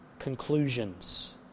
conclusions